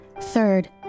Third